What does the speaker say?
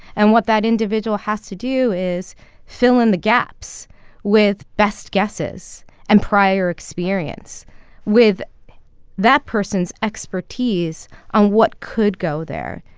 and what that individual has to do is fill in the gaps with best guesses and prior experience with that person's expertise on what could go there,